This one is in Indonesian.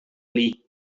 lee